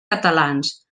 catalans